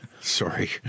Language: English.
Sorry